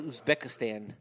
Uzbekistan